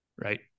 right